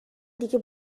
دیگه